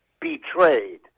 betrayed